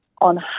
on